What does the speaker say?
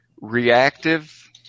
reactive